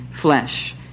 flesh